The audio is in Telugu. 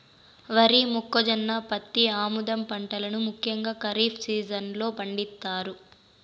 వరి, మొక్కజొన్న, పత్తి, ఆముదం పంటలను ముఖ్యంగా ఖరీఫ్ సీజన్ లో పండిత్తారు